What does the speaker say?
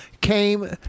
Came